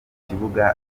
kibuga